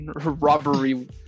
robbery